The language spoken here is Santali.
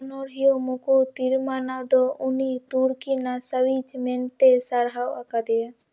ᱚᱱᱚᱬᱦᱤᱭᱟᱹ ᱢᱩᱠᱩ ᱛᱤᱨᱩᱢᱟᱱᱟ ᱫᱚ ᱩᱱᱤ ᱛᱩᱨᱠᱤ ᱱᱟᱥᱟᱣᱤᱡ ᱢᱮᱱᱛᱮ ᱭ ᱥᱟᱨᱦᱟᱣ ᱟᱠᱟᱫᱮᱭᱟ